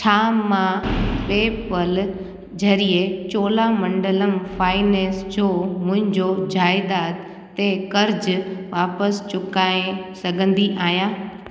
छा मां PayPal ज़रिए चोलामंडलम फाइनेंस जो मुंहिंजो जाइदाद ते कर्ज़ु वापसि चुकाए सघंदी आहियां